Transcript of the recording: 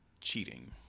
cheating